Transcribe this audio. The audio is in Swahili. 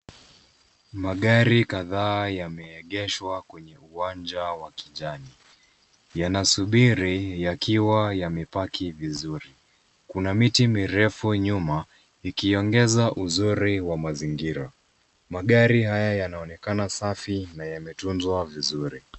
Magari kadhaa ya yameegeshwa kwenye uwanja wa kijani. Yanasubiri yakiwa yamepaki vizuri. Kuna miti mirefu nyuma, ikiongeza uzuri wa mazingira. Magari haya yanaonekana safi na yametunzwa vizuri.